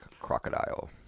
crocodile